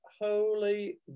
holy